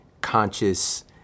conscious